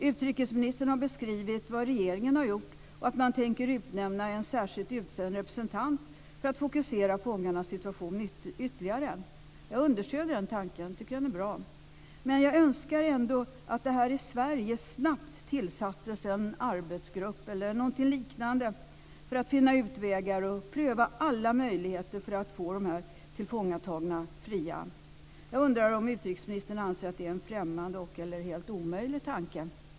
Utrikesministern har beskrivit vad regeringen har gjort och att man tänker utnämna en särskilt utsänd representant för att fokusera på fångarnas situation ytterligare. Jag understöder den tanken. Jag tycker den är bra. Men jag önskar ändå att det här i Sverige snabbt tillsattes en arbetsgrupp eller någonting liknande för att finna utvägar och pröva alla möjligheter för att få de tillfångatagna fria. Jag undrar om utrikesministern anser att det är en främmande eller helt omöjlig tanke.